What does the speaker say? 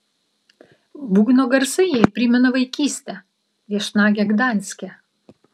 būgno garsai jai primena vaikystę viešnagę gdanske